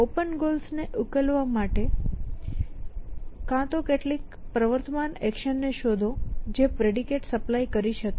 open goals ને ઉકેલવા માટે કાં તો કેટલીક પ્રવર્તમાન એક્શનને શોધો જે પ્રેડિકેટ સપ્લાય કરી શકે